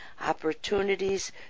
opportunities